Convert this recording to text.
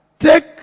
take